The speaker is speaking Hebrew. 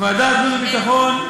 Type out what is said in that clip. ועדת החוץ והביטחון.